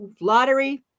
lottery